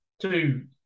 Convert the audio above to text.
two